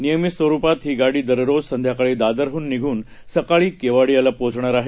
नियमित स्वरूपात ही गाडी दररोज संध्याकाळी दादरहन निघून सकाळी केवडियाला पोचणार आहे